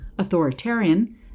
Authoritarian